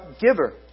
giver